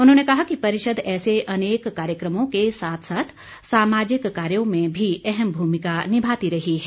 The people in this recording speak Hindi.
उन्होंने कहा कि परिषद ऐसे अनेक कार्यक्रमों के साथ साथ सामाजिक कार्यों में भी अहम भूमिका निभाती रही है